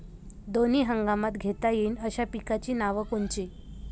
दोनी हंगामात घेता येईन अशा पिकाइची नावं कोनची?